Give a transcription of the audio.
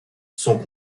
sont